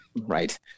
Right